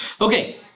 Okay